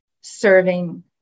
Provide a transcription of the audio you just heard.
serving